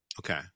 okay